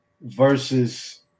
versus